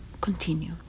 continue